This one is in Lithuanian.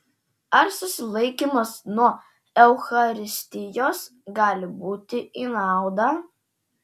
ar susilaikymas nuo eucharistijos gali būti į naudą